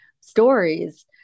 stories